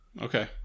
okay